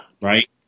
right